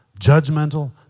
judgmental